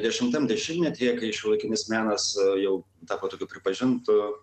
dešimtam dešimtmetyje kai šiuolaikinis menas jau tapo tokiu pripažintu